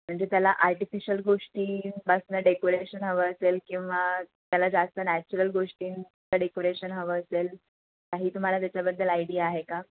म्हणजे त्याला आर्टिफिशल गोष्टींपासून डेकोरेशन हवं असेल किंवा त्याला जास्त नॅचरल गोष्टींचं डेकोरेशन हवं असेल काही तुम्हाला त्याच्याबद्दल आयडिया आहे का